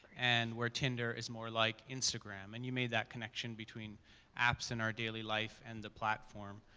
and where tinder is more like instagram. and you made that connection between apps in our daily life and the platform.